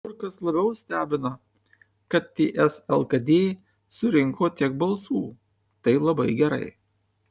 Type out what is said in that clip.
kur kas labiau stebina kad ts lkd surinko tiek balsų tai labai gerai